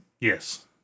Yes